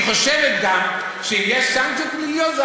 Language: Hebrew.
היא חושבת גם שאם יש סנקציות פליליות זה